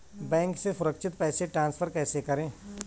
Bank से सुरक्षित पैसे ट्रांसफर कैसे करें?